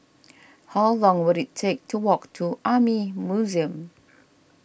how long will it take to walk to Army Museum